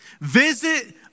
visit